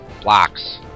blocks